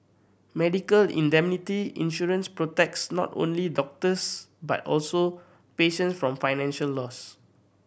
medical indemnity insurance protects not only doctors but also patient from financial loss